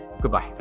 goodbye